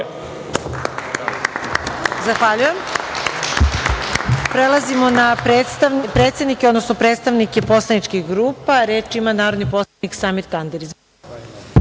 Zahvaljujem. Prelazimo na predsednike, odnosno predstavnike poslaničkih grupa. Reč ima narodni poslanik Samir Tandir.